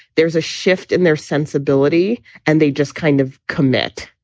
there is a shift in their sensibility and they just kind of commit.